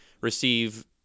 receive